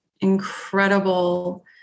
incredible